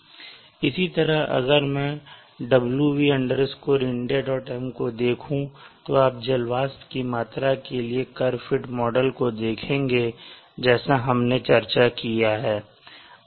इसी तरह अगर मैं wv indiam को देखो तो आप जल वाष्प की मात्रा के लिए कर्व फिट मॉडल को देखेंगे जैसे हमने चर्चा की है